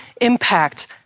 impact